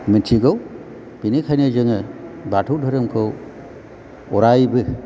मिथिगौ बिनिखायनो जोङो बाथौ धोरोमखौ अरायबो